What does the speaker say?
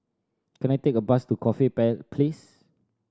can I take a bus to Corfe Place